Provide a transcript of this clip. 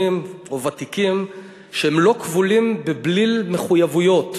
או ותיקים שלא כבולים בבליל מחויבויות,